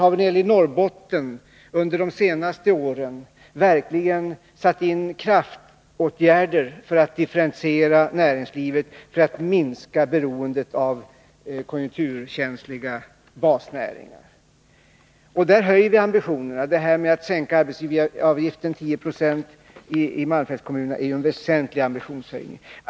När det gäller Norrbotten har vi under de senaste åren verkligen satt in kraftåtgärder för att differentiera näringslivet, för att minska beroendet av konjunkturkänsliga basnäringar. Ambitionerna har alltså höjts. Att sänka arbetsgivaravgiften med 10 90 i malmfältskommunerna är ju en väsentlig ambitionshöjning.